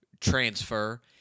transfer